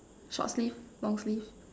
short sleeve long sleeve